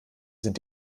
sind